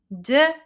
De